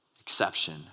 exception